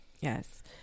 Yes